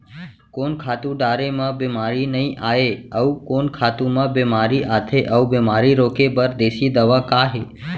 कोन खातू डारे म बेमारी नई आये, अऊ कोन खातू म बेमारी आथे अऊ बेमारी रोके बर देसी दवा का हे?